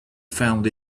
found